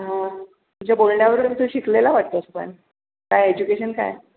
हा तुझ्या बोलण्यावरून तू शिकलेला वाटतोस पण काय एजुकेशन काय